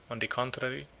on the contrary,